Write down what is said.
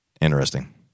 interesting